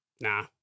Nah